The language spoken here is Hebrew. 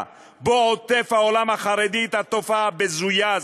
שבו עוטף העולם החרדי את התופעה הבזויה הזאת.